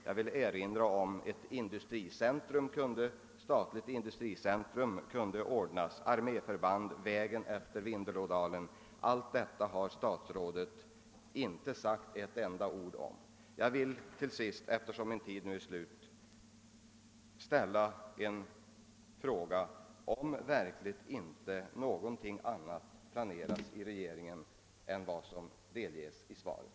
Jag vill dessutom erinra om att ett statligt industricentrum enligt lokaliseringsutredningens förslag kunde ordnas och att vägen efter Vindelälvsdalen kunde rustas upp. AB Statsföretag kunde engageras i frågan. Intet av detta har statsrådet sagt ett enda ord om. Jag vill till sist, eftersom min tid nu är slut, ställa frågan om verkligen inte någonting annat planeras i regeringen än det som redovisas i svaret.